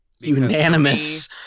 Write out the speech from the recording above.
Unanimous